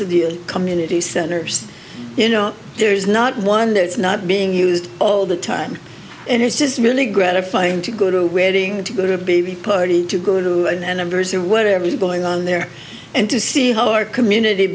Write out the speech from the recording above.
that the community centers you know there is not one that's not being used all the time and it's just really gratifying to go to a wedding to go to be ready to go to a numbers or whatever is going on there and to see how our community